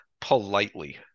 politely